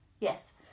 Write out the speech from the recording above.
Yes